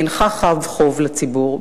אינך חב חוב לציבור,